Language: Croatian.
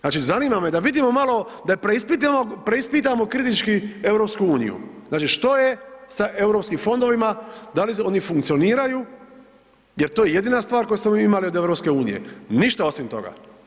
Znači zanima me da vidimo malo da preispitamo kritički EU, što je sa europskim fondovima, da li oni funkcioniraju jel to je jedina stvar koju smo mi imali od EU, ništa osim toga.